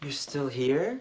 you still here